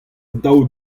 daou